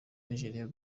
niger